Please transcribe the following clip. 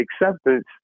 acceptance